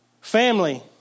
Family